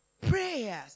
Prayers